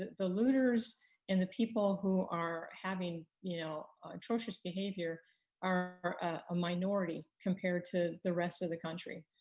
the looters and the people who are having you know atrocious behavior are a minority, compared to the rest of the country.